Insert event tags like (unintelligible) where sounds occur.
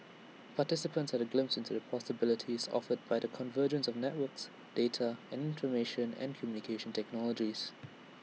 participants had A glimpse into the possibilities offered by the convergence of networks data and (unintelligible) and communication technologies